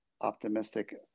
optimistic